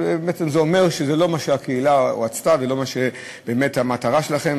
בעצם זה אומר שזה לא מה שהקהילה רצתה ולא מה שבאמת המטרה שלכם.